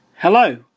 Hello